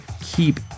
keep